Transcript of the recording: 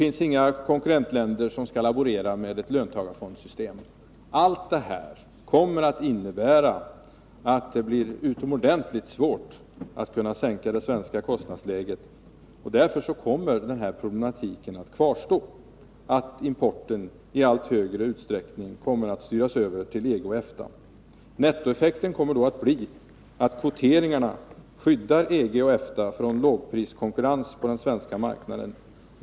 Inga konkurrentländer behöver laborera med ett löntagarfondssystem. Allt detta kommer att innebära att det blir utomordentligt svårt att kunna sänka det svenska kostnadsläget. Därför kommer denna problematik att kvarstå. Importen kommer i allt större utsträckning att styras över på EG och EFTA. Nettoeffekten kommer då att bli att kvoteringarna skyddar EG och EFTA från lågpriskonkurrens på den svenska marknaden.